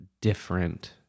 different